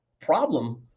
problem